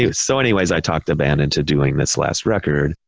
ah so anyways, i talked the band into doing this last record,